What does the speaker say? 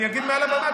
אני אגיד מעל הבמה.